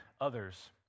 others